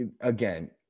Again